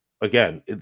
again